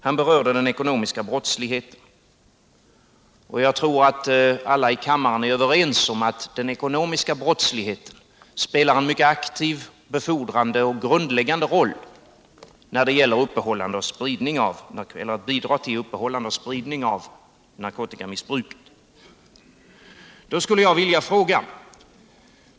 Han berörde den ekonomiska brottsligheten, och jag tror att alla i kammaren är överens om att den ekonomiska brottsligheten spelar en mycket aktiv, befordrande och grundläggande roll när det gäller att bidra till uppehållande och spridning av narkotikamissbruk.